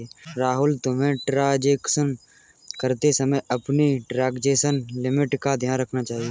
राहुल, तुम्हें ट्रांजेक्शन करते समय अपनी ट्रांजेक्शन लिमिट का ध्यान रखना चाहिए